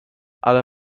ale